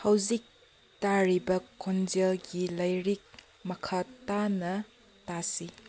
ꯍꯧꯖꯤꯛ ꯇꯥꯔꯤꯕ ꯈꯣꯟꯖꯦꯜꯒꯤ ꯂꯥꯏꯔꯤꯛ ꯃꯈꯥ ꯇꯥꯅ ꯇꯥꯁꯤ